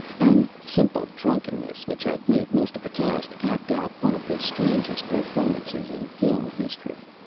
and simple drunkenness which had made most of the cast act out one of the strangest performances in film history.